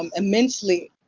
um immensely,